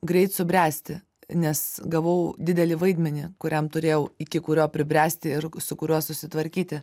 greit subręsti nes gavau didelį vaidmenį kuriam turėjau iki kurio pribręsti ir su kuriuo susitvarkyti